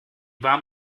warm